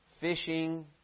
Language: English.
fishing